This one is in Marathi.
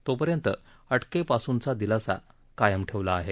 तोपर्यंत अटकेपासूनचा दिलासा कायम ठेवला आहे